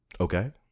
Okay